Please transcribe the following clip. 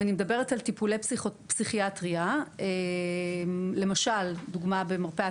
אם אני מדברת על טיפולי פסיכיאטריה: למשל דוגמה למרפאת